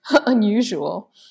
unusual